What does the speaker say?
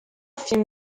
film